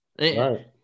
Right